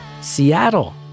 Seattle